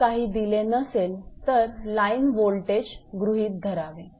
जेव्हा काही दिले नसेल तर लाईन वोल्टेज गृहीत धरावे